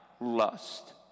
lust